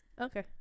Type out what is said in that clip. Okay